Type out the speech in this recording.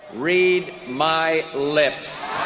read my lips.